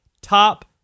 Top